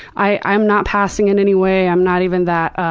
i'm not passing in anyway. i'm not even that